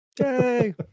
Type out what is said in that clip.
Yay